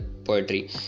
poetry